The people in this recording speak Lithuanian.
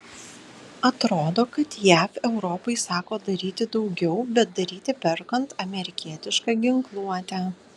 atrodo kad jav europai sako daryti daugiau bet daryti perkant amerikietišką ginkluotę